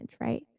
right